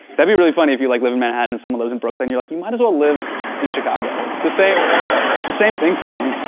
that'd be really funny if you, like, live in manhattan and someone lives in brooklyn and you're like, you might as well live in chicago. it's the same it's the same thing for me.